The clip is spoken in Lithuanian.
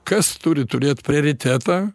kas turi turėt prioritetą